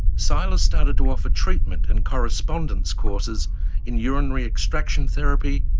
silas started to offer treatment and correspondence courses in urinary extraction therapy,